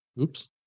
Oops